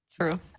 True